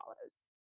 follows